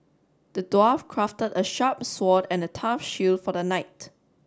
the dwarf crafted a sharp sword and a tough shield for the night